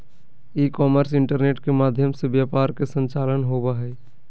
ई commerce internet के माध्यम से व्यापार के संचालन होबा हइ